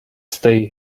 stay